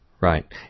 right